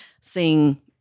seeing